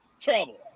trouble